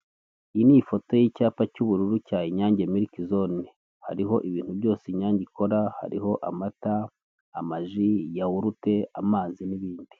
Iyi ni ifoto y'icyapa cy'ubururu cya Inyange miliki zone, hariho ibintu byose inyange ikora. Hariho amata, amaji, yawurute, amazi n'ibindi.